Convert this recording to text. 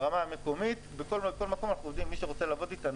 ברמה המקומית בכל מקום אנחנו עובדים עם מי שרוצה לעבוד אתנו,